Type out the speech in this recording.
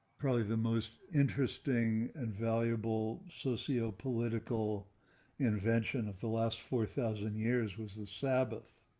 probably the most interesting and valuable socio political invention of the last four thousand years was the sabbath.